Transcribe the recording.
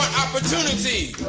opportunity,